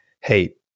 hey